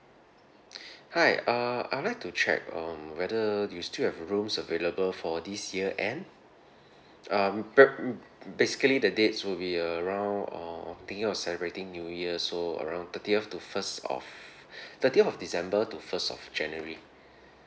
hi err I would like to check um whether do you still have rooms available for this year end um pre~ basically the dates will be around err thinking of celebrating new year so around thirtieth to first of thirtieth of december to first of january